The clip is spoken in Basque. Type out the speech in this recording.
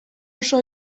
oso